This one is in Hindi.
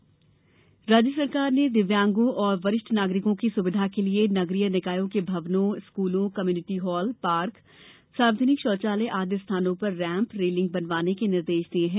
दिव्यांग निर्देश राज्य सरकार ने दिव्यांगों और वरिष्ठ नागरिकों की सुविधा के लिए नगरीय निकायों के भवनों स्कूलों कम्युनिटी हॉल पार्क सार्वजनिक शौचालय आदि स्थानों पर रैम्प रेलिंग बनवाने के निर्देश दिए हैं